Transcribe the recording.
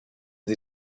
sie